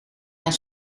mijn